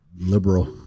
liberal